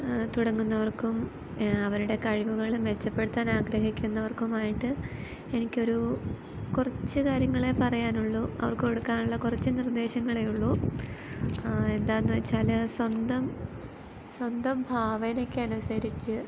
തുടങ്ങുന്നവർക്കും അവരുടെ കഴിവുകൾ മെച്ചപ്പെടുത്താൻ ആഗ്രഹിക്കുന്നവർക്കുമായിട്ട് എനിക്കൊരു കുറച്ച് കാര്യങ്ങളേ പറയാനുള്ളു അവർക്ക് കൊടുക്കാനുള്ള കുറച്ച് നിർദേശങ്ങളെ ഉള്ളു എന്താന്ന് വെച്ചാൽ സ്വന്തം സ്വന്തം ഭാവനയ്ക്കനുസരിച്ച്